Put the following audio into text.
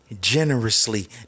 generously